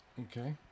Okay